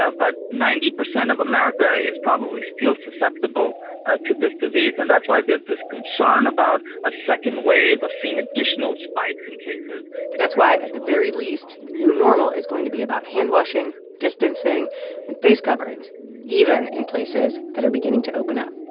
ah but ninety percent of america is probably still susceptible ah to this disease, and that's why there's this concern about a second wave of seeing additional spikes in cases that's why, at the very least, the new normal is going to be about handwashing, distancing and face coverings even in places that are beginning to open up